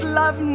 love